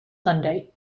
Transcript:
sunday